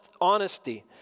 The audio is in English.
honesty